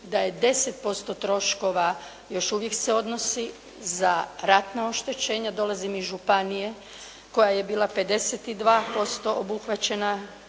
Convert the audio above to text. da je 10% troškova još uvijek se odnosi za ratna oštećenja, dolazim iz županije koja je bila 52% obuhvaćena